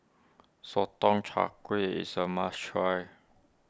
Sotong Char Kway is a must try